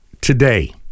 today